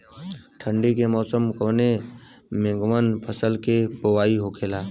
ठंडी के मौसम कवने मेंकवन फसल के बोवाई होखेला?